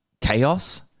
chaos